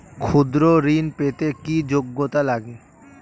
ক্ষুদ্র ঋণ পেতে কি যোগ্যতা লাগে?